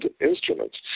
instruments